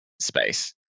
space